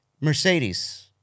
Mercedes